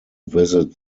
visit